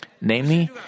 Namely